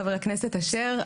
חבר הכנסת אשר,